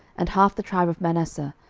and half the tribe of manasseh,